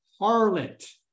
harlot